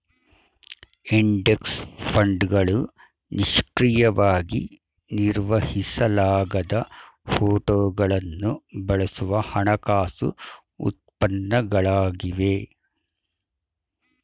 index ಫಂಡ್ಗಳು ನಿಷ್ಕ್ರಿಯವಾಗಿ ನಿರ್ವಹಿಸಲಾಗದ ಫೋಟೋಗಳನ್ನು ಬಳಸುವ ಹಣಕಾಸು ಉತ್ಪನ್ನಗಳಾಗಿವೆ